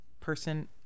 person